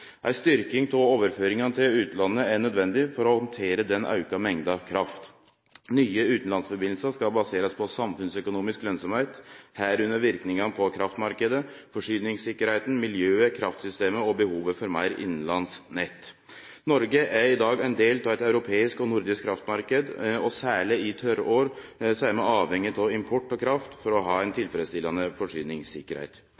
Ei styrking av overføringane til utlandet er nødvendig for å handtere den auka mengda kraft. Nye samband med utlandet skal baserast på samfunnsøkonomisk lønsemd, medrekna verknaden på kraftmarknaden, forsyningssikkerheita, miljøet, kraftsystemet og behovet for meir innanlands nett. Noreg er i dag ein del av ein europeisk og nordisk kraftmarknad, og særleg i tørrår er vi avhengige av import av kraft for å ha